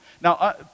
Now